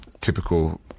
typical